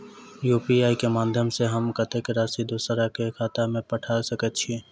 UPI केँ माध्यम सँ हम कत्तेक राशि दोसर केँ खाता मे पठा सकैत छी?